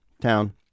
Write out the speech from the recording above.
town